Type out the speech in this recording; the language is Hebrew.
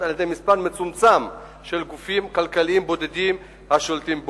על-ידי מספר מצומצם של גופים כלכליים בודדים השולטים בו.